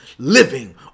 living